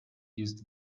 used